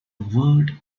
word